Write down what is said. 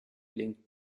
linked